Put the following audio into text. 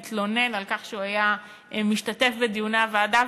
התלונן על כך שהוא היה משתתף בדיוני הוועדה.